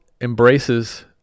embraces